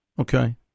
Okay